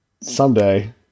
Someday